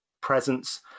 presence